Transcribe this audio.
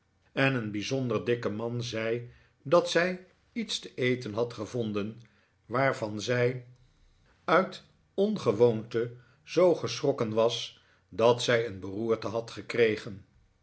en een bijzonder dikke man zei dat zij iets te eten had gevonden waarvan zij uit ongewoonte zoo geschrokken was dat zij een beroerte had gekregen